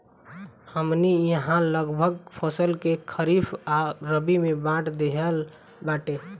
हमनी इहाँ लगभग फसल के खरीफ आ रबी में बाँट देहल बाटे